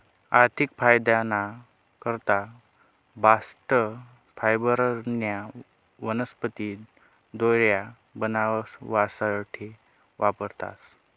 आर्थिक फायदाना करता बास्ट फायबरन्या वनस्पती दोऱ्या बनावासाठे वापरतास